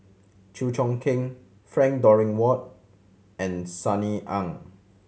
Chew Choo Keng Frank Dorrington Ward and Sunny Ang